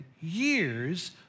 years